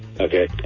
Okay